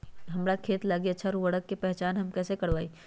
हमार खेत लागी अच्छा उर्वरक के पहचान हम कैसे करवाई?